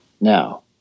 Now